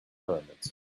pyramids